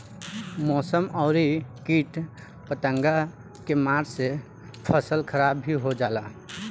मौसम अउरी किट पतंगा के मार से फसल खराब भी हो जाला